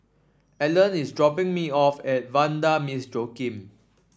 Allan is dropping me off at Vanda Miss Joaquim